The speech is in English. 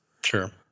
Sure